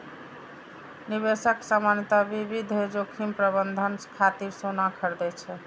निवेशक सामान्यतः विविध जोखिम प्रबंधन खातिर सोना खरीदै छै